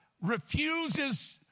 refuses